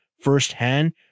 firsthand